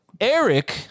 Eric